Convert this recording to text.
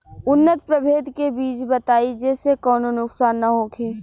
उन्नत प्रभेद के बीज बताई जेसे कौनो नुकसान न होखे?